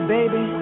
Baby